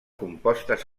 compostes